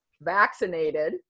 vaccinated